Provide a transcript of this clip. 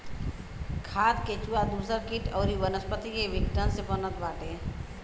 खाद केचुआ दूसर किट अउरी वनस्पति के विघटन से बनत बाटे